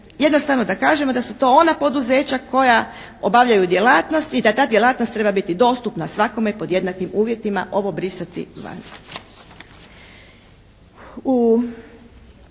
jednostavno da kažemo da su to ona poduzeća koja obavljaju djelatnost i da ta djelatnost treba biti dostupna svakome pod jednakim uvjetima, ovo brisati van.